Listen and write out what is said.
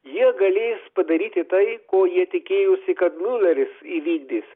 jie galės padaryti tai ko jie tikėjosi kad miuleris įvykdys